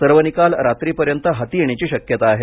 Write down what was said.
सर्व निकाल रात्रीपर्यन्त हाती येण्याची शक्यता आहे